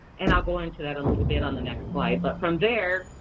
and i'll go into that a little bit on the next slide, but from there,